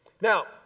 Now